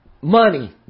money